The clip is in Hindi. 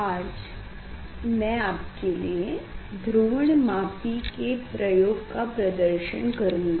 आज मैं आपके लिए ध्रुवणमापी के प्रयोग का प्रदर्शन करूँगा